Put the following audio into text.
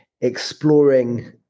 exploring